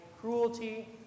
cruelty